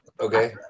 Okay